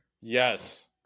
Yes